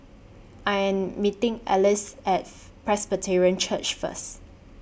I Am meeting Alyce At Presbyterian Church First